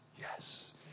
Yes